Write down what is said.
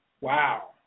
Wow